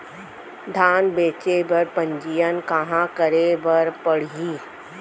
धान बेचे बर पंजीयन कहाँ करे बर पड़ही?